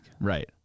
Right